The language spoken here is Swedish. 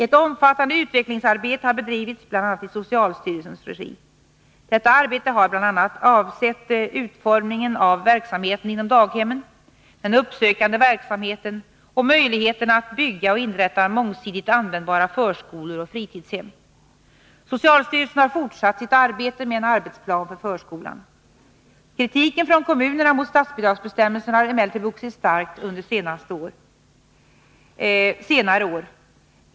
Ett omfattande utvecklingsarbete har bedrivits bl.a. i socialstyrelsens regi. Detta arbete har bl.a. avsett utformningen av verksamheten inom daghemmen, den uppsökande verksamheten och möjligheterna att bygga och inrätta mångsidigt användbara förskolor och fritidshem. Socialstyrelsen har fortsatt sitt arbete med en arbetsplan för förskolan. Kritiken från kommunerna mot statsbidragsbestämmelserna har emellertid vuxit starkt under senare år.